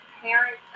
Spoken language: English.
parents